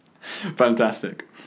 Fantastic